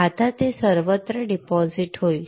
आता ते सर्वत्र डिपॉझिट होईल